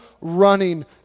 running